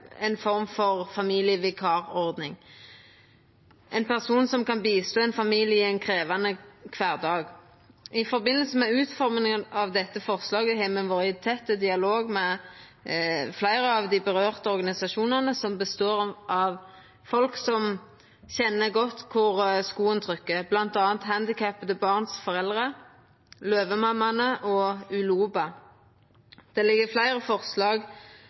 form for familievikarordning, ein person som kan hjelpa ein familie i ein krevjande kvardag. I forbindelse med utforminga av dette forslaget har me vore i tett dialog med fleire av dei organisasjonane det vedkjem, som består av folk som kjenner godt kvar skoen trykkjer, bl.a. handikappa barn sine foreldre, Løvemammaene og Uloba. Det ligg fleire forslag